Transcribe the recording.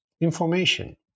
information